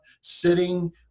sitting